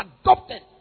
adopted